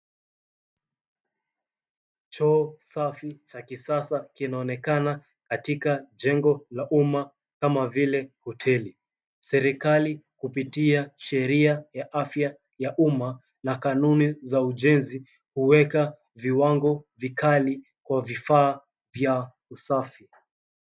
Choo safi cha kisasa kinaonekana katika jengo la uma kama vile hoteli. Serikali kupitia sheria ya afya ya uma na kanuni za ujenzi huweka viwango vikali kwa vifaa vya usafi.